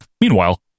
Meanwhile